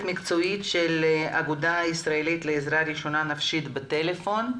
המקצועית של האגודה הישראלית לעזרה ראשונה נפשית בטלפון,